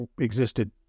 existed